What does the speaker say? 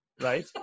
Right